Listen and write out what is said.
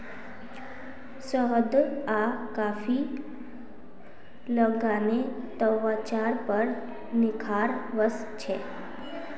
शहद आर कॉफी लगाले त्वचार पर निखार वस छे